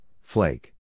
flake